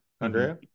Andrea